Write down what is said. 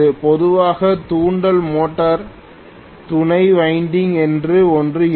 பொதுவாக தூண்டல் மோட்டருக்கு துணை வைண்டிங் என்று ஒன்று இருக்கும்